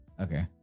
okay